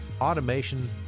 automation